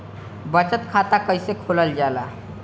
बचत खाता कइसे खोलल जाला?